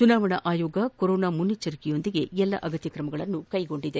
ಚುನಾವಣಾ ಆಯೋಗ ಕೊರೋನಾ ಮುನ್ನಜ್ವರಿಕೆಯೊಂದಿಗೆ ಎಲ್ಲ ಕ್ರಮಗಳನ್ನು ಕೈಗೊಂಡಿದೆ